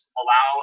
allow